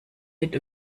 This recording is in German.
mit